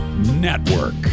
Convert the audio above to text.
network